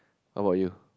how about you